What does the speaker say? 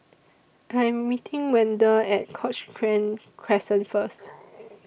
I'm meeting Wende At Cochrane Crescent First